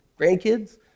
grandkids